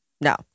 no